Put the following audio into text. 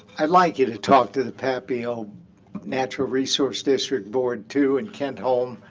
i'd like you to talk to the papio natural resource district board, too, and kent holm,